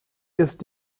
ist